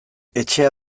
etxea